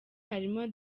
harimo